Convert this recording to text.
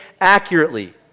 accurately